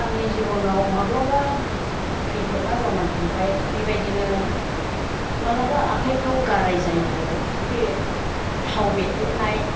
आंनि जिबनाव माब्लाबा खैफोदना जानानै थांबाय बिबायदिनो मालाबा आखायफ्राव गाराय जायो आरो बे थाव बेददेरनाय